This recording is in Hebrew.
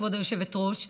כבוד היושבת-ראש,